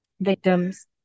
victims